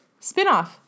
spinoff